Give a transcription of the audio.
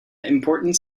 important